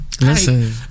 Listen